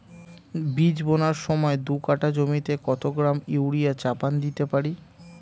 বীজ বোনার সময় দু কাঠা জমিতে কত গ্রাম ইউরিয়া চাপান দিতে পারি?